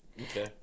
Okay